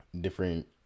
different